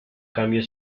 cambio